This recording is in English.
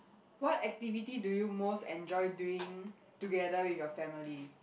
what activity do you most enjoy doing together with your family